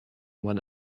one